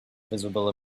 visible